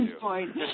point